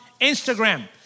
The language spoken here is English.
Instagram